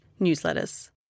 newsletters